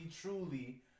truly